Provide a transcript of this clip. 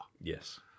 Yes